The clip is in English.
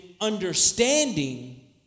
understanding